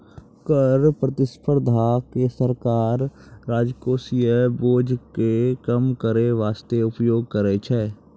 कर प्रतिस्पर्धा के सरकार राजकोषीय बोझ के कम करै बासते उपयोग करै छै